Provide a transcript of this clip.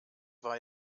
war